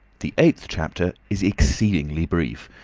the eighth chapter is exceedingly brief,